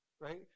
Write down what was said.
right